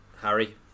Harry